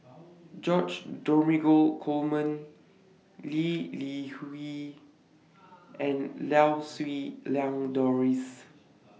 George Dromgold Coleman Lee Li Hui and Lau Siew Lang Doris